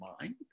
mind